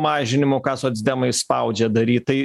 mažinimo ką socdemai spaudžia daryti tai